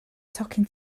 tocyn